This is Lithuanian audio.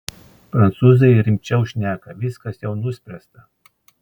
prancūzai rimčiau šneka viskas jau nuspręsta